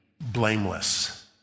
blameless